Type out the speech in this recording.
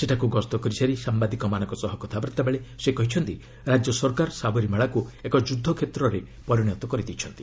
ସେଠାକୁ ଗସ୍ତ କରିସାରି ସାମ୍ବାଦିକମାନଙ୍କ ସହ କଥାବାର୍ତ୍ତାବେଳେ ସେ କହିଛନ୍ତି ରାଜ୍ୟ ସରକାର ସବରିମାଳାକୁ ଏକ ଯୁଦ୍ଧକ୍ଷେତ୍ରରେ ପରିଣତ କରିଦେଇଛନ୍ତି